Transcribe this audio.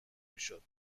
میشد